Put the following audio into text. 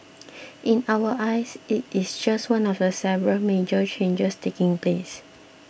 in our eyes it is just one of the several major changes taking place